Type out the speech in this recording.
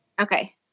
Okay